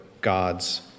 God's